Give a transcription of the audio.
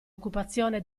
occupazione